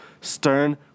Stern